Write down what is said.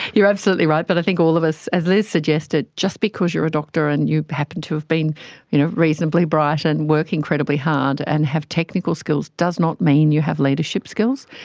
you're absolutely right, but i think all of us, as liz suggested, just because you're a doctor and you happen to have been you know reasonably bright and work incredibly hard and have technical skills, does not mean you have leadership skills,